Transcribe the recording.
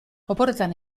oporretan